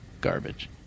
garbage